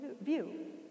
view